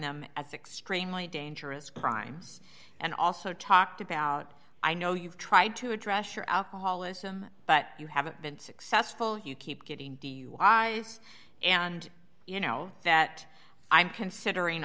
them as extremely dangerous crimes and also talked about i know you've tried to address your alcoholism but you haven't been successful you keep getting duis and you know that i'm considering